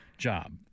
job